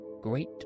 great